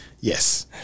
yes